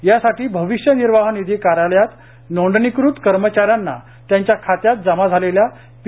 यासाठी भविष्य निर्वाहनिधी कार्यालयात नोंदणीकृत कर्मचार्यांना त्यांच्या खात्यात जमा झालेल्या पी